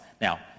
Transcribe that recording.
Now